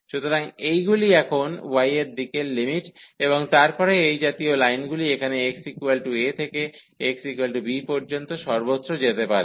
সুতরাং এইগুলি এখন y এর দিকের লিমিট এবং তারপরে এই জাতীয় লাইনগুলি এখানে xa থেকে xb পর্যন্ত সর্বত্র যেতে পারে